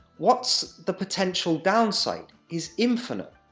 what's the potential downside? it's infinite.